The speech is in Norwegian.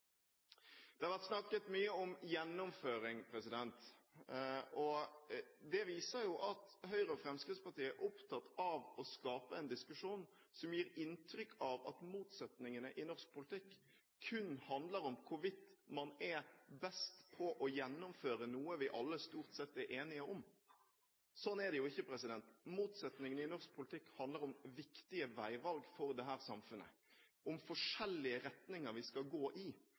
Det har vært snakket mye om gjennomføring. Det viser at Høyre og Fremskrittspartiet er opptatt av å skape en diskusjon som gir inntrykk av at motsetningene i norsk politikk kun handler om hvorvidt man er best på å gjennomføre noe vi alle stort sett er enige om. Slik er det jo ikke. Motsetningene i norsk politikk handler om viktige veivalg for dette samfunnet, om forskjellige retninger vi skal gå i.